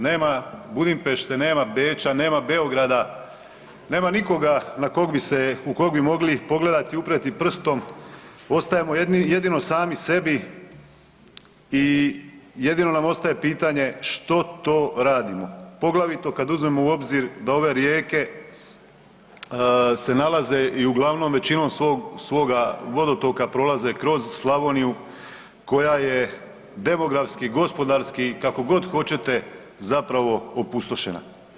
Nema Budimpešte, nema Beča, nema Beograda, nema nikoga na kog bi se, u kog bi mogli pogledati i upreti prstom ostajemo jedino sami sebi i jedino nam ostaje pitanje što to radimo, poglavito kad uzmemo u obzir da ove rijeke se nalaze i uglavnom većinom svog vodotoka prolaze kroz Slavoniju koja je demografski, gospodarski, kako god hoćete zapravo opustošena.